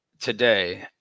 today –